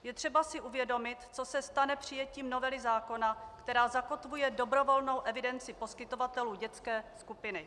Je třeba si uvědomit, co se stane přijetím novely zákona, která zakotvuje dobrovolnou evidenci poskytovatelů dětské skupiny.